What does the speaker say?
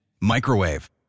microwave